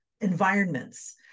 environments